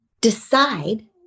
decide